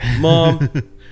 Mom